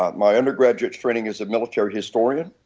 ah my undergraduate training is a military historian,